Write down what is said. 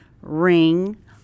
ring